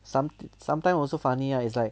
some sometime also funny ah is like